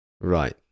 Right